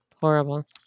horrible